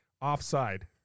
offside